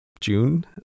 June